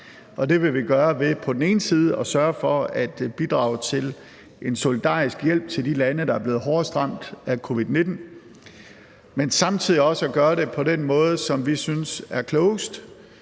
ene side at sørge for at bidrage til en solidarisk hjælp til de lande, der er blevet hårdest ramt af covid-19, men samtidig også at gøre det på den måde, som vi synes er klogest.